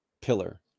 pillar